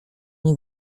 nie